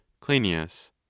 cleinias